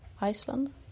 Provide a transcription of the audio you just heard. Iceland